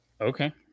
Okay